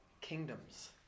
kingdoms